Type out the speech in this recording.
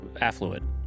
affluent